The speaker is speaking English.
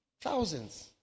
thousands